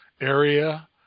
area